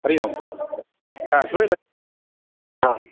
हरि ओम् हा श्रूयते आम्